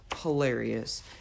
hilarious